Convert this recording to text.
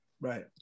Right